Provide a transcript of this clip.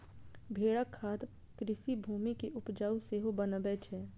भेड़क खाद कृषि भूमि कें उपजाउ सेहो बनबै छै